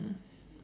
mm